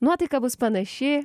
nuotaika bus panaši